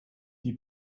die